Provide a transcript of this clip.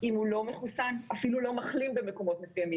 אם הוא לא מחוסן, אפילו לא מחלים במקומות מסוימים.